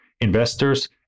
investors